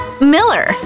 Miller